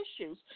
issues